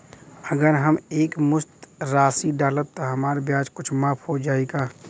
अगर हम एक मुस्त राशी डालब त हमार ब्याज कुछ माफ हो जायी का?